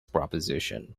proposition